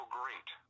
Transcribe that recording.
great